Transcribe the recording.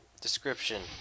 description